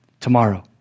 tomorrow